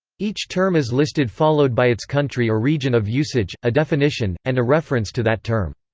each term is listed followed by its country or region of usage, a definition, and a reference to that term.